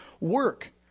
work